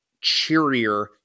cheerier